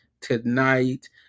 tonight